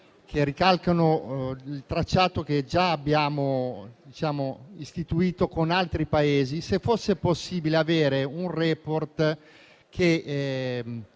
che ricalcano il tracciato che già abbiamo istituito con altri Paesi, se fosse possibile avere un *report* che